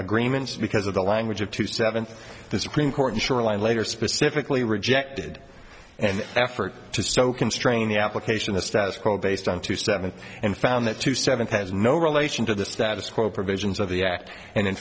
agreements because of the language of two seventh the supreme court shoreline later specifically rejected an effort to so constrain the application the status quo based on two seven and found that to seventh has no relation to the status quo provisions of the act and in